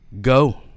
Go